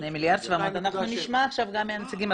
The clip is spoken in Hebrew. אנחנו נשמע עכשיו גם מהנציגים,